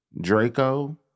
Draco